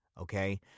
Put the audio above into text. okay